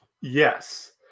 Yes